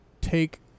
take